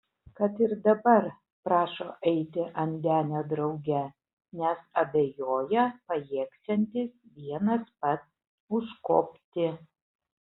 kad ir dabar prašo eiti ant denio drauge nes abejoja pajėgsiantis vienas pats užkopti